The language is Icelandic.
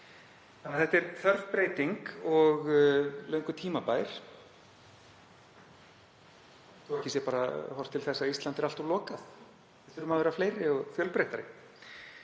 Þetta er þörf breyting og löngu tímabær, svo að ekki sé horft til þess að Ísland er allt of lokað. Við þurfum að vera fleiri og fjölbreyttari.